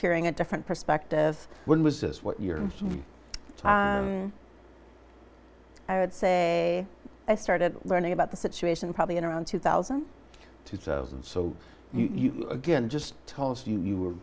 hearing a different perspective when was this what your time i would say i started learning about the situation probably in around two thousand two thousand so you again just told us you